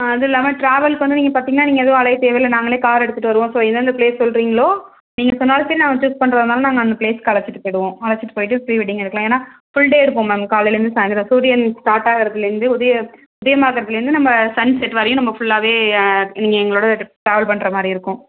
அது இல்லாமல் டிராவல்சுக்கு நீங்கள் பார்த்தீங்கன்னா நீங்கள் எதுவும் அழைய தேவை இல்லை நாங்களே கார் எடுத்துகிட்டு வருவோம் ஸோ எந்தெந்த பிளேஸ் சொல்கிறிங்களோ நீங்கள் சொன்னாலும் சரி இல்லை நாங்கள் சூஸ் பண்ணுறானாலும் நாங்கள் அந்த பிளேஸ்சுக்கு அழைச்சிட்டு போய்விடுவோம் அழைச்சிட்டு போய்விட்டு ப்ரீவெட்டிங் எடுக்கலாம் ஏன்னால் ஃபுல் டே இருப்போம் மேம் காலையிலேருந்து சாய்ந்திரம் சூரியன் ஸ்டார்ட் ஆகிறதுலேருந்து உதய உதயமாகுகிறதிலேருந்து நம்ம சன் செட் வரையும் நம்ம ஃபுல்லாகவே நீங்கள் எங்களோடயே ட்ராவல் பண்ணுற மாதிரி இருக்கும்